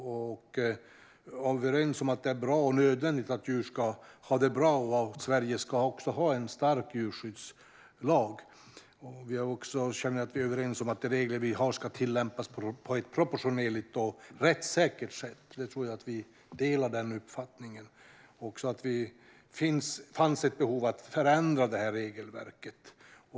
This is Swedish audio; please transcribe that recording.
Vi är överens om att det är bra och nödvändigt att djur har det bra och att Sverige har en stark djurskyddslag. Jag känner också att vi är överens om att de regler vi har ska tillämpas på ett proportionerligt och rättssäkert sätt; den uppfattningen tror jag att vi delar. Det fanns ett behov av att förändra regelverket.